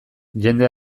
jende